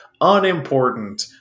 Unimportant